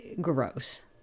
gross